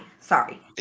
Sorry